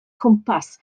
cwmpas